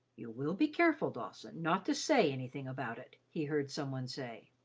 you will be careful, dawson, not to say anything about it, he heard some one say.